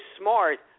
smart